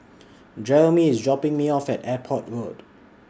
Jeremy IS dropping Me off At Airport Road